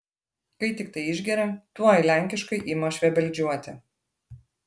kai tiktai išgeria tuoj lenkiškai ima švebeldžiuoti